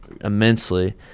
immensely